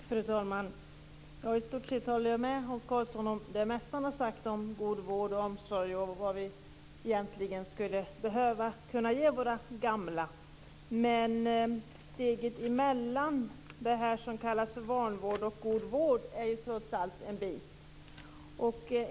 Fru talman! I stort sett håller jag med Hans Karlsson om det mesta han har sagt om god vård, omsorg och vad vi egentligen skulle behöva ge våra gamla. Men steget mellan det som kallas för vanvård och det som kallas för god vård är trots allt en bit.